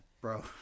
bro